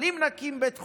אם נקים בית חולים,